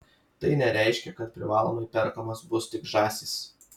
tai nereiškia kad privalomai perkamos bus tik žąsys